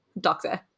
doctor